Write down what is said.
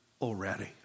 already